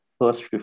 first